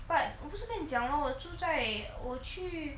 这个东西 but 我不是跟你讲 lor 我住在我去